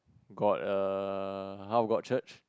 got err how got church